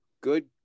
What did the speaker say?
good